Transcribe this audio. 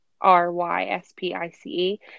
R-Y-S-P-I-C-E